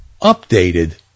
updated